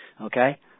Okay